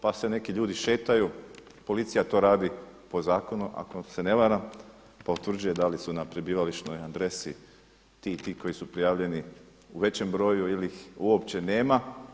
Pa se neki ljudi šetaju, pozicija to radi po zakonu, ako se ne varam, pa utvrđuju da li su na prebivališnoj adresi ti i ti koji su prijavljeni u većem broju ili ih uopće nema.